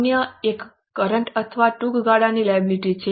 અન્ય એક કરન્ટ અથવા ટૂંકા ગાળાની લાયબિલિટી છે